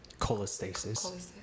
Cholestasis